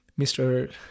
Mr